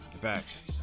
Facts